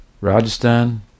Rajasthan